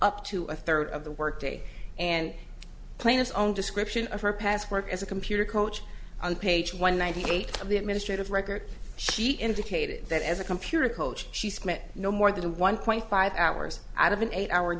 up to a third of the work day and plan its own description of her past work as a computer coach on page one ninety eight of the administrative record she indicated that as a computer coach she spent no more than one point five hours out of an eight hour